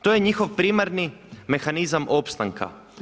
To je njihov primarni mehanizam opstanka.